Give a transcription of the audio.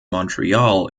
montreal